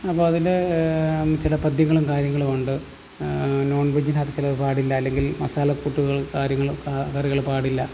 അപ്പോൾ അതിൻ്റെ ചില പദ്യങ്ങളും കാര്യങ്ങളും ഉണ്ട് നോൺ വെജിന്നത് ചിലത് പാടില്ല അല്ലെങ്കിൽ മസാല കൂട്ടുകൾ കാര്യങ്ങളും ഒക്കെ കറികളിൽ പാടില്ല